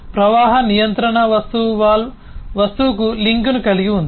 ప్రవాహ నియంత్రణ వస్తువు వాల్వ్ వస్తువుకు లింక్ను కలిగి ఉంది